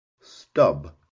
Stub